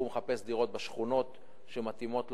הוא מחפש דירות בשכונות שמתאימות לו,